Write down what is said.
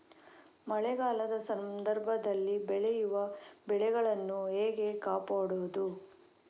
ಮಳೆಗಾಲದ ಸಂದರ್ಭದಲ್ಲಿ ಬೆಳೆಯುವ ಬೆಳೆಗಳನ್ನು ಹೇಗೆ ಕಾಪಾಡೋದು?